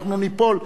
אנחנו ניפול.